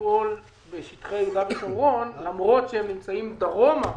לפעול בשטחי יהודה ושומרון למרות שהם נמצאים דרומה